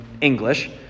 English